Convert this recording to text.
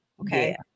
Okay